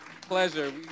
Pleasure